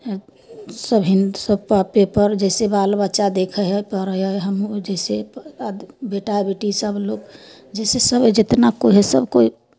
सभ हिन्द सभ पा पेपर जइसे बाल बच्चा देखै हइ पढ़ै हइ हमहूँ जइसे आद बेटा बेटी सभ लोक जइसे सभ जितना कोइ हइ सभ कोइ